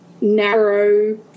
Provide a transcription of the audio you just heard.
narrow